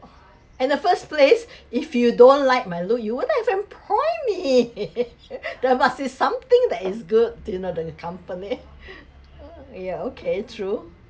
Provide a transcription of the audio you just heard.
in the first place if you don't like my look you won't have employed me there must be something that is good to you know the company ya okay true